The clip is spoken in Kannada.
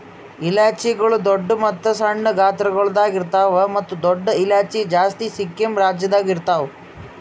ಇಲೈಚಿಗೊಳ್ ದೊಡ್ಡ ಮತ್ತ ಸಣ್ಣ ಗಾತ್ರಗೊಳ್ದಾಗ್ ಇರ್ತಾವ್ ಮತ್ತ ದೊಡ್ಡ ಇಲೈಚಿ ಜಾಸ್ತಿ ಸಿಕ್ಕಿಂ ರಾಜ್ಯದಾಗ್ ಇರ್ತಾವ್